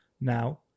now